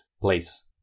place